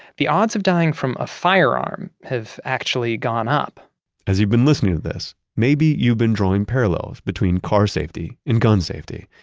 the odds of dying from a firearm have actually gone up as you've been listening to this, maybe you've been drawing parallels between car safety and gun safety.